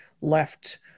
left